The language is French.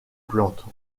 plantes